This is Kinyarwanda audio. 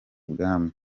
bwami